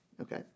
Okay